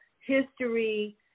history